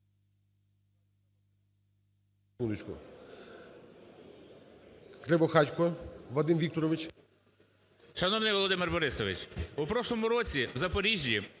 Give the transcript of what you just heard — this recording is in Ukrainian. Шановний Володимир Борисович, упрошлому році в Запоріжжі